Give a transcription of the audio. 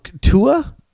Tua